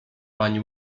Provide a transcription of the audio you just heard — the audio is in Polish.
pani